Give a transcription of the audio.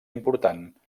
important